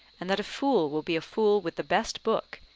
and that a fool will be a fool with the best book,